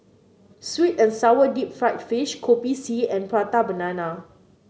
sweet and sour Deep Fried Fish Kopi C and Prata Banana